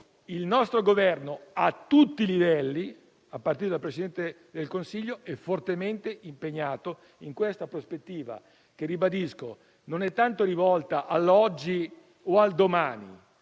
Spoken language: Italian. il nostro Governo, a tutti i livelli, a partire dal Presidente del Consiglio, è fortemente impegnato in questa prospettiva che, lo ribadisco, non è tanto rivolta all'oggi o al domani,